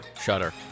Shutter